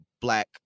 black